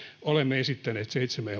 olemme esittäneet seitsemän